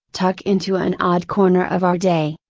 tuck into an odd corner of our day.